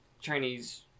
Chinese